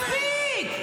מספיק.